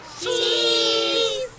Cheese